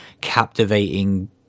captivating